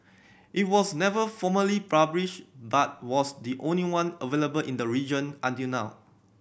it was never formally published but was the only one available in the region until now